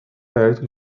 perto